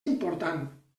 important